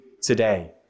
today